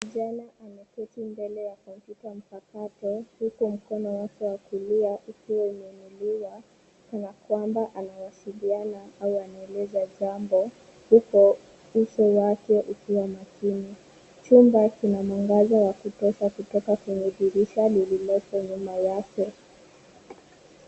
Kijana ameketi mbele ya komputa mpakato huku mkono wake wa kulia ukiwa umeinuliwa kana kwamba anawasiliana au anaeleza jambo huku uso wake ukiwa makini. Chumba kina mwangaza wa kutosha kutoka kwenye dirisha lililoko nyuma yake.